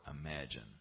imagine